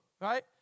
Right